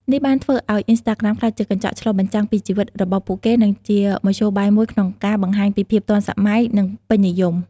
នេះបានធ្វើឱ្យ អុីនស្តាក្រាម ក្លាយជាកញ្ចក់ឆ្លុះបញ្ចាំងពីជីវិតរបស់ពួកគេ និងជាមធ្យោបាយមួយក្នុងការបង្ហាញពីភាពទាន់សម័យ និងពេញនិយម។